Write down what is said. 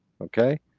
okay